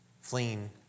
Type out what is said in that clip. fleeing